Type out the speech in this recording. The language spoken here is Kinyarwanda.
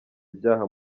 ibyaha